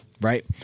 right